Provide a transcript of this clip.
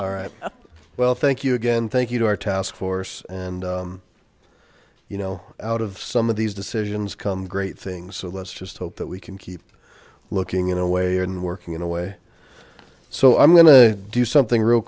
all right well thank you again thank you to our task force and you know out of some of these decisions come great things so let's just hope that we can keep looking in a way and working in a way so i'm going to do something real